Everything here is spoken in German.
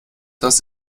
das